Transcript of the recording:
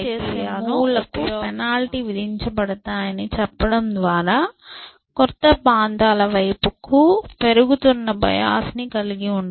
ఆపై మనం తరచూ వేసే మూవ్ లకు పెనాల్టీ విధించబడతాయని చెప్పడం ద్వారా క్రొత్త ప్రాంతాల వైపుకు పెరుగుతున్న బయోస్ ను కలిగి ఉండవచ్చు